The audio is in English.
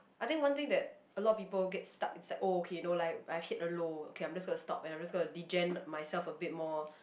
I think one thing that a lot of people get stuck it's like oh okay you know like I hit a low okay I'm just gonna stop and I'm just gonna degen myself a bit more